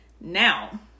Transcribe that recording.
Now